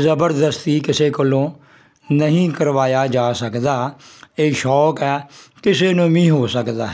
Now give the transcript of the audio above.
ਜ਼ਬਰਦਸਤੀ ਕਿਸੇ ਕੋਲੋਂ ਨਹੀਂ ਕਰਵਾਇਆ ਜਾ ਸਕਦਾ ਇਹ ਸ਼ੌਕ ਹੈ ਕਿਸੇ ਨੂੰ ਵੀ ਹੋ ਸਕਦਾ ਹੈ